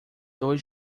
dois